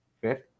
Fifth